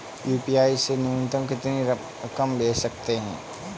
UPI से न्यूनतम कितनी रकम भेज सकते हैं?